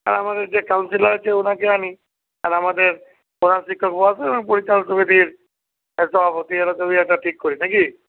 আর আমাদের যে কাউন্সিলর আছে ওনাকে আনি আর আমাদের প্রধান শিক্ষক মহাশয় এবং পরিচালন সমিতির একটা একটা ঠিক করি নাকি